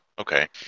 Okay